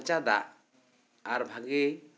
ᱯᱷᱟᱨᱪᱟ ᱫᱟᱜ ᱟᱨ ᱵᱷᱟᱜᱮ